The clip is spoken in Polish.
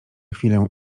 chwilę